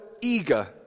eager